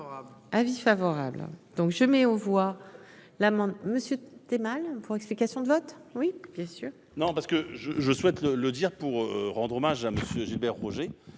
Avis favorable donc je mets aux voix l'amendement monsieur tu es mal pour. Explications de vote. Oui bien sûr. Non parce que je, je souhaite le le dire pour rendre hommage à monsieur Gilbert Roger